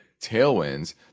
tailwinds